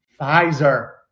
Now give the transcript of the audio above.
Pfizer